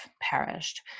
perished